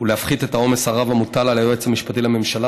ולהפחית את העומס הרב המוטל על היועץ המשפטי לממשלה,